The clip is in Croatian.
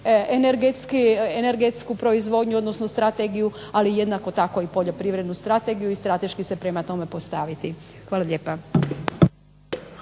energetsku proizvodnju odnosno strategiju ali jednako tako i poljoprivrednu strategiju i strateški se prema tome postaviti. Hvala lijepa.